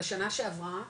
בשנה שעברה,